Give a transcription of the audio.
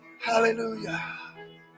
Hallelujah